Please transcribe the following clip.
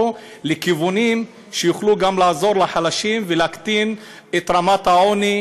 לכיוונים שיוכלו לעזור לחלשים ולהקטין את רמת העוני,